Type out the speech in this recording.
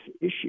issue